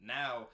now